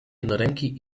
jednoręki